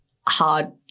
hard